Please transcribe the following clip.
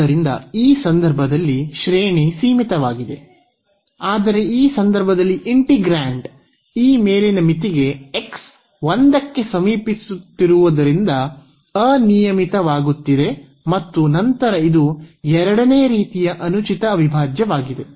ಆದ್ದರಿಂದ ಈ ಸಂದರ್ಭದಲ್ಲಿ ಶ್ರೇಣಿ ಸೀಮಿತವಾಗಿದೆ ಆದರೆ ಈ ಸಂದರ್ಭದಲ್ಲಿ ಇಂಟಿಗ್ರಾಂಡ್ ಈ ಮೇಲಿನ ಮಿತಿಗೆ x 1 ಕ್ಕೆ ಸಮೀಪಿಸುತ್ತಿರುವುದರಿಂದ ಅನಿಯಮಿತವಾಗುತ್ತಿದೆ ಮತ್ತು ನಂತರ ಇದು ಎರಡನೇ ರೀತಿಯ ಅನುಚಿತ ಅವಿಭಾಜ್ಯವಾಗಿದೆ